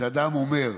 כשאדם אומר: